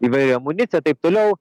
įvairi amunicija taip toliau